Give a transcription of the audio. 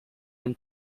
him